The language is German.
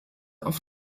auf